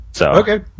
Okay